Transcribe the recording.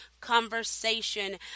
conversation